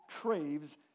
craves